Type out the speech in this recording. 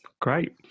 great